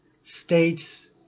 states